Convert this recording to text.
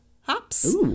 hops